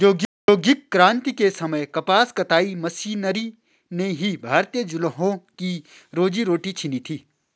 औद्योगिक क्रांति के समय कपास कताई मशीनरी ने ही भारतीय जुलाहों की रोजी रोटी छिनी थी